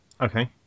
Okay